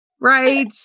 Right